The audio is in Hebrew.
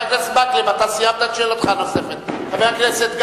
חבר הכנסת מקלב, סיימת את שאלתך הנוספת?